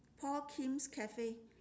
paul kim's cafe